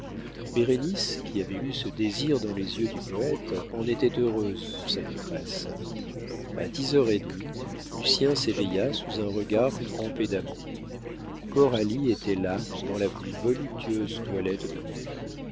bérénice qui avait lu ce désir dans les yeux du poète en était heureuse pour sa maîtresse a dix heures et demie lucien s'éveilla sous un regard trempé d'amour coralie était là dans la plus voluptueuse toilette de nuit